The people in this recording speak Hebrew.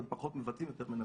הם פחות מבצעים, יותר מנסים,